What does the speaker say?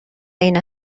این